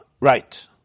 Right